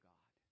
God